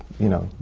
you know,